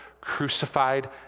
crucified